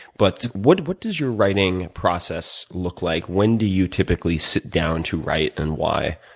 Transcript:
but what what does your writing process look like? when do you typically sit down to write and why?